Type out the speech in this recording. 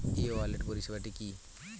ই wallet পরিষেবাটি কি?